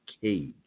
cage